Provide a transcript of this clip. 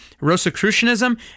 Rosicrucianism